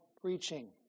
preaching